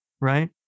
Right